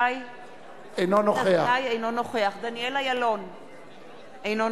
בעד יולי יואל אדלשטיין,